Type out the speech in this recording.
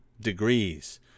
degrees